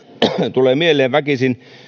tulee mieleen väkisin